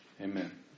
amen